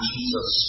Jesus